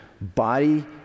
body